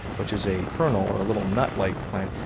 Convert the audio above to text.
which is a kernel, or a little nut-like plant,